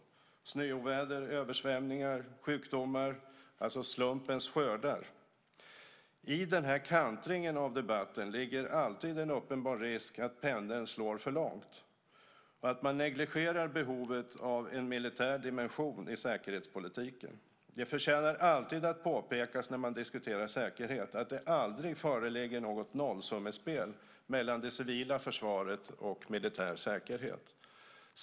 Det handlar om snöoväder, översvämningar, sjukdomar, alltså slumpens skördar. I den här kantringen av debatten ligger alltid en uppenbar risk att pendeln slår för långt och att man negligerar behovet av en militär dimension i säkerhetspolitiken. Det förtjänar alltid att påpekas, när man diskuterar säkerhet, att det aldrig föreligger något nollsummespel mellan det civila försvaret och militär säkerhet.